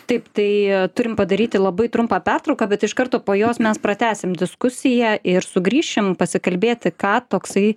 taip tai turim padaryti labai trumpą pertrauką bet iš karto po jos mes pratęsim diskusiją ir sugrįšim pasikalbėti ką toksai